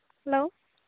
hello